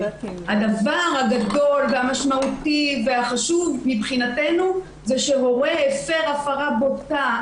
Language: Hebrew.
הדבר הגדול והמשמעותי והחשוב מבחינתנו זה שהורה הפר הפרה בוטה,